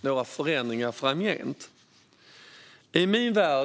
några förändringar framgent. Fru talman!